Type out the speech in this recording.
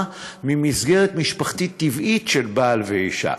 ממסגרת משפחתית טבעית של בעל ואישה.